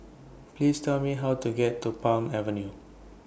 Please Tell Me How to get to Palm Avenue